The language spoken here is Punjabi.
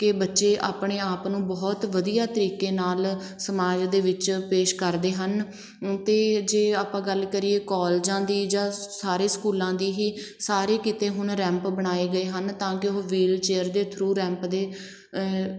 ਕਿ ਬੱਚੇ ਆਪਣੇ ਆਪ ਨੂੰ ਬਹੁਤ ਵਧੀਆ ਤਰੀਕੇ ਨਾਲ ਸਮਾਜ ਦੇ ਵਿੱਚ ਪੇਸ਼ ਕਰਦੇ ਹਨ ਅਤੇ ਜੇ ਆਪਾਂ ਗੱਲ ਕਰੀਏ ਕੋਲਜਾਂ ਦੀ ਜਾਂ ਸਾਰੇ ਸਕੂਲਾਂ ਦੀ ਹੀ ਸਾਰੇ ਕਿਤੇ ਹੁਣ ਰੈਂਪ ਬਣਾਏ ਗਏ ਹਨ ਤਾਂ ਕਿ ਉਹ ਵੀਲ੍ਹਚੇਅਰ ਦੇ ਥਰੂ ਰੈਂਪ ਦੇ